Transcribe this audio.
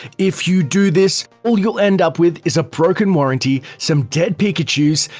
if you do this, all you'll end up with is a broken warranty, some dead pikachus,